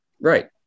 Right